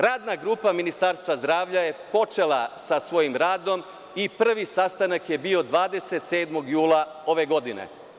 Radna grupa Ministarstva zdravlja je počela sa svojim radom i prvi sastanak je bio 27. jula ove godine.